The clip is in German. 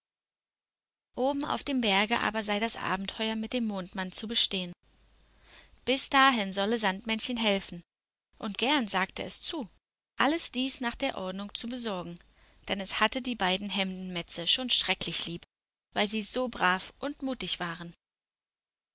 oben auf dem berge aber sei das abenteuer mit dem mondmann zu bestehen bis dahin solle sandmännchen helfen und gern sagte es zu alles dies nach der ordnung zu besorgen denn es hatte die beiden hemdenmätze schon schrecklich lieb weil sie so brav und mutig waren